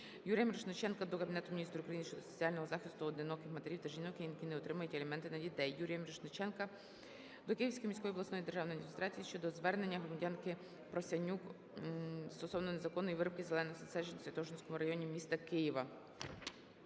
Юрія Мірошниченка до Кабінету Міністрів України щодо соціального захисту одиноких матерів та жінок, які не отримують аліменти на дітей. Юрія Мірошниченка до Київської міської державної адміністрації щодо звернення громадянки Просянюк стосовно незаконної вирубки зелених насаджень у Святошинському районі міста Києва.